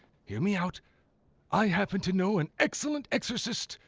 hear me out i happen to know an excellent exorcist.